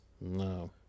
No